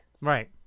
Right